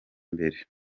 imbere